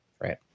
right